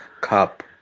Cup